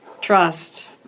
trust